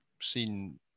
seen